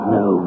no